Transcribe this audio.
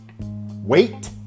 Wait